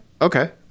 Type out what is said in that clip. okay